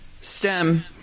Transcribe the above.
stem